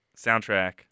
Soundtrack